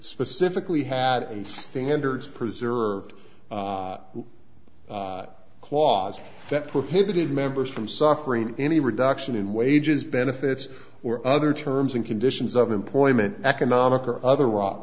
specifically had standards preserved clause that prohibited members from suffering any reduction in wages benefits or other terms and conditions of employment economic or other ro